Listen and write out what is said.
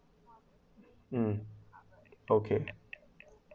um okay